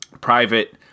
private